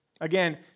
Again